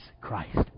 Christ